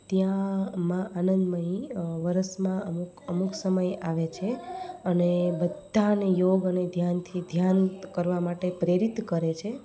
ત્યાં મા આનંદ મઈ વરસમાં અમુક અમુક સમયે આવે છે અને બધાને યોગ અને ધ્યાનથી ધ્યાન્ત કરવા માટે પ્રેરિત કરે છે